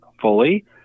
fully